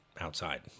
outside